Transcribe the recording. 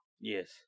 Yes